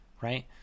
right